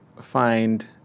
find